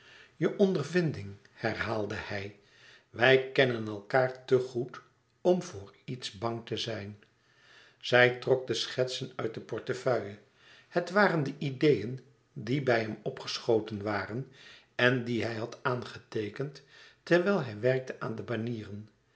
je ondervinding herhaalde hij wij kennen elkaâr te goed om voor iets bang te zijn zij trok de schetsen uit de portefeuille het waren de ideeën die bij hem opgeschoten waren en die hij had aangeteekend terwijl hij werkte aan de banieren